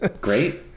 Great